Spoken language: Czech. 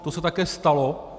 To se také stalo.